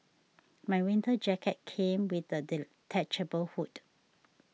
my winter jacket came with a detachable hood